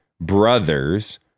brothers